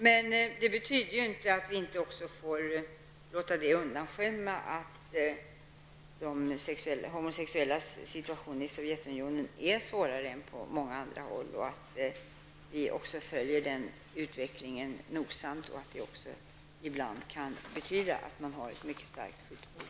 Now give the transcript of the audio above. Men det betyder inte att vi får låta detta undanskymma att de homosexuellas situation i Sovjetunionen är svårare än på många andra håll, att vi också följer denna utveckling nogsamt och att det också kan betyda att dessa människor ibland har ett mycket starkt skyddsbehov.